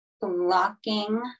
blocking